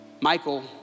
Michael